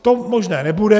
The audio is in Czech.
To už možné nebude.